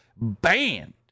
banned